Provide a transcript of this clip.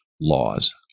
laws